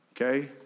Okay